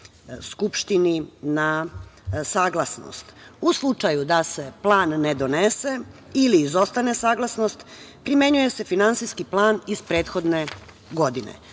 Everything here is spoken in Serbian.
na saglasnost. U slučaju da se plan ne donese ili izostane saglasnost, primenjuje se finansijski plan iz prethodne godine.